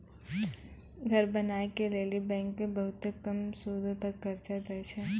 घर बनाय के लेली बैंकें बहुते कम सूदो पर कर्जा दै छै